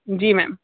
जी ma'am